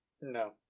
No